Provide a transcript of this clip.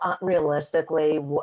realistically